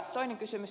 toinen kysymys